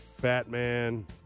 Batman